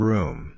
Room